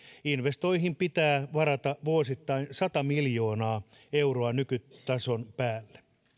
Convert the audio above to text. investointeihin pitää varata vuosittain sata miljoonaa euroa nykytason päälle